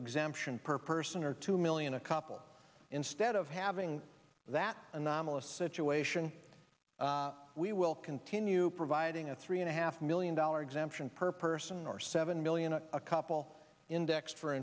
exemption per person or two million a couple instead of having that anomalous situation we will continue providing a three and a half million dollar exemption per person or seven million a couple indexed for